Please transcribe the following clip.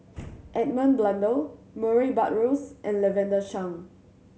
Edmund Blundell Murray Buttrose and Lavender Chang